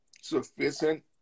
sufficient